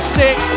six